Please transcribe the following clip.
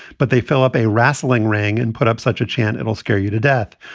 but they fill up a wrestling ring and put up such a chant, it'll scare you to death.